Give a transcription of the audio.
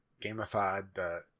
gamified